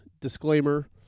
disclaimer